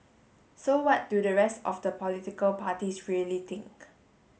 so what do the rest of the political parties really think